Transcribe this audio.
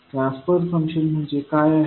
transfer function म्हणजे काय आहे